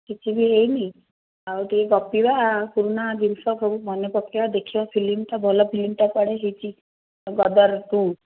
କିଛି ବି ହୋଇନି ଆଉ ଟିକେ ଗପିବା ପୁରୁଣା ଜିନିଷକୁ ସବୁ ମନେ ପକେଇବା ଦେଖିବା ଫିଲ୍ମଟା ଭଲ ଫିଲ୍ମଟା କୁଆଡ଼େ ହୋଇଛି ଗଦର୍ ଟୁ